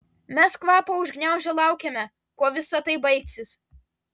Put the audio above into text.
mes kvapą užgniaužę laukėme kuo visa tai baigsis